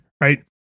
right